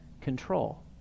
control